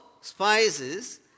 spices